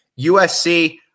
USC